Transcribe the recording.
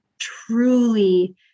truly